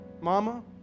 Mama